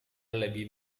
lebih